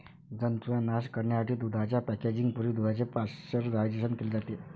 जंतूंचा नाश करण्यासाठी दुधाच्या पॅकेजिंग पूर्वी दुधाचे पाश्चरायझेशन केले जाते